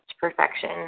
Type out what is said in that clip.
perfection